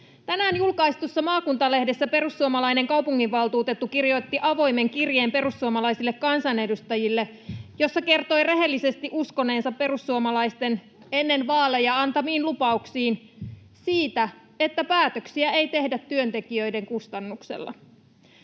Tänään julkaistussa maakuntalehdessä perussuomalainen kaupunginvaltuutettu kirjoitti perussuomalaisille kansanedustajille avoimen kirjeen, jossa kertoi rehellisesti uskoneensa perussuomalaisten ennen vaaleja antamiin lupauksiin siitä, että päätöksiä ei tehdä työntekijöiden kustannuksella.